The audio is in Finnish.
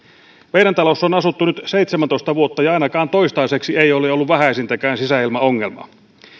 meidän talossamme on asuttu nyt seitsemäntoista vuotta ja ainakaan toistaiseksi ei ole ollut vähäisintäkään sisäilmaongelmaa